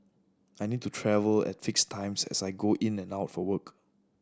I need to travel at fix times as I go in and out for work